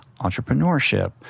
entrepreneurship